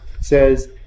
says